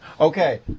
Okay